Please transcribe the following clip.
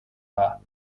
war